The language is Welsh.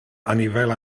anifail